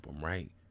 right